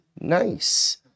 nice